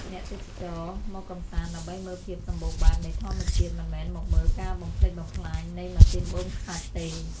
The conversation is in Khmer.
អ្នកទេសចរមកកម្សាន្តដើម្បីមើលភាពសម្បូរបែបនៃធម្មជាតិមិនមែនមកមើលការបំផ្លិចបំផ្លាញនៃម៉ាស៊ីនបូមខ្សាច់ទេ។